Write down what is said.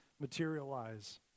materialize